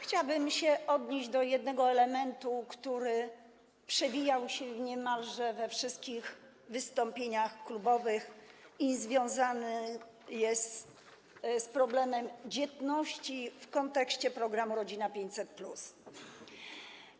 Chciałabym się odnieść do jednego elementu, który przewijał się niemalże we wszystkich wystąpieniach klubowych, a związany jest z problemem dzietności w kontekście programu „Rodzina 500+”